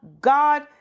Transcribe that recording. God